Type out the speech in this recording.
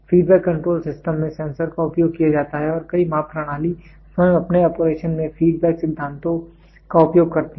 feedback control system में sensor का उपयोग किया जाता है और कई माप प्रणाली स्वयं अपने ऑपरेशन में फीडबैक सिद्धांतों का उपयोग करती हैं